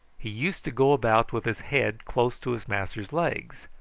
he used to go about with his head close to his master's legs,